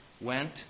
went